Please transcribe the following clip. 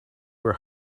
were